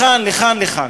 לכאן לכאן לכאן.